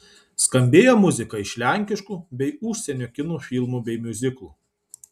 skambėjo muzika iš lenkiškų bei užsienio kino filmų bei miuziklų